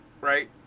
right